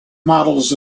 models